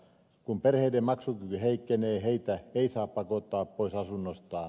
kun perheiden maksukyky heikkenee heitä ei saa pakottaa pois asunnostaan